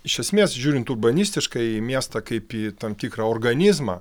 iš esmės žiūrint urbanistiškai į miestą kaip į tam tikrą organizmą